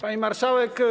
Pani Marszałek!